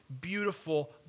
beautiful